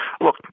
look